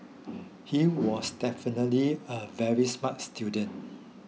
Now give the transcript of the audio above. he was definitely a very smart student